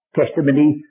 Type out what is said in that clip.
testimony